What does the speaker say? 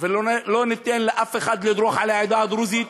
ולא ניתן לאף אחד לדרוך על העדה הדרוזית